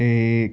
ایک